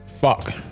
Fuck